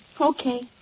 Okay